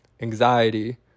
anxiety